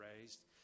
raised